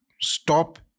stop